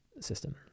system